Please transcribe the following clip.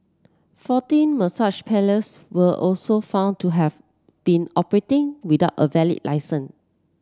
fourteen massage parlours were also found to have been operating without a valid licence